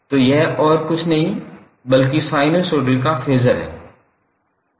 तो यह और कुछ नहीं बल्कि साइनसॉइड का फेज़र है